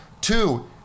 Two